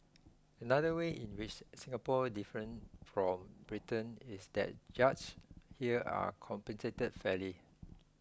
another way in which Singapore differs from Britain is that judges here are compensated fairly